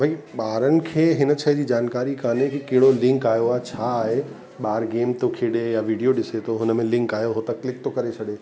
भई ॿारनि खे हिन शइ जी जानकारी कोन्हे की कहिड़ो लिंक आहियो आहे छा आहे ॿार गेम थो खेॾे या वीडियो ॾिसे थो हुन में लिंक आहियो उहो त क्लिक थो करे छॾे